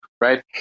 right